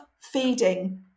feeding